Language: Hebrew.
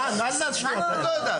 מה זה קשור?